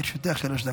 לרשותך שלוש דקות.